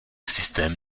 systém